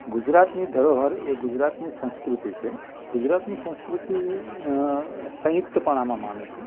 ગુજરાતની ધરોહર એ ગુજરાતની સંસ્કૃતિ છે ગુજરાતની સંસ્કૃતિ સંયુક્તપણામાં માને છે